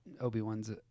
Obi-Wan's